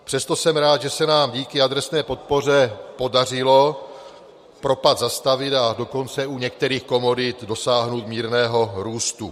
Přesto jsem rád, že se nám díky adresné podpoře podařilo propad zastavit, a dokonce u některých komodit dosáhnout mírného růstu.